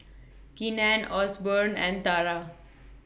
Keenen Osborne and Tara